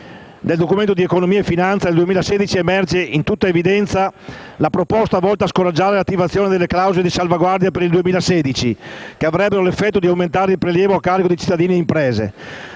del Documento di economia e finanza 2016 emerge in tutta evidenza la proposta volta a scoraggiare l'attivazione delle clausole di salvaguardia per il 2016, che avrebbero l'effetto di aumentare il prelievo a carico di cittadini ed imprese.